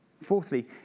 Fourthly